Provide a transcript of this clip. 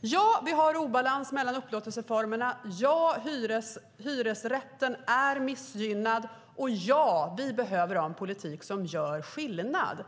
Ja, det är obalans mellan upplåtelseformerna. Ja, hyresrätten är missgynnad. Ja, vi behöver en politik som gör skillnad.